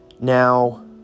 Now